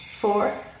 four